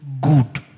good